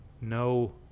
no